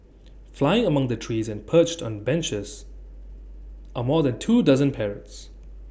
flying among the trees and perched on benches are more than two dozen parrots